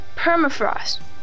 Permafrost